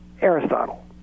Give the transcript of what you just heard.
aristotle